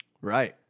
right